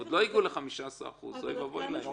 הגיעו ל-15%, אוי ואבוי להם.